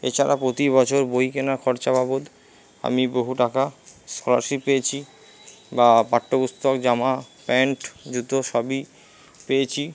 এছাড়া প্রতি বছর বই কেনার খরচা বাবাদ আমি বহু টাকা স্কলারশিপ পেয়েছি বা পাঠ্য পুস্তক জামা প্যান্ট জুতো সবই পেয়েছি